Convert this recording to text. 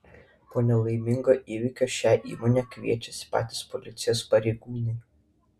po nelaimingo įvykio šią įmonę kviečiasi patys policijos pareigūnai